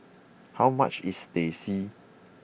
how much is Teh C